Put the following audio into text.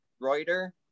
Reuter